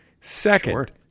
Second